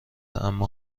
اما